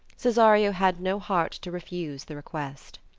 cesario had no heart to refuse the request.